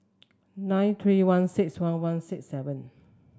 nine three one six one one six seven